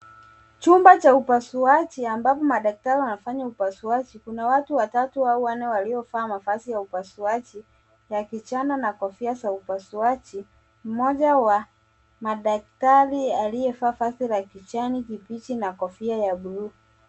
Chumba cha upasuaji ambapo madaktari wanafanya upasuaji. Kuna watu watatu au wanne waliovaa mavazi ya upasuaji ya kijani na kofia za upasuaji. Mmoja wa madaktari aliyevaa vazi la kijani kibichi na kofia ya buluu.